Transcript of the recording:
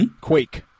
Quake